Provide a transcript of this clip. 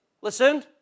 Listen